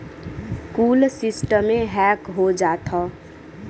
कुल सिस्टमे हैक हो जात हौ